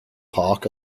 park